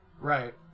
Right